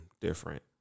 different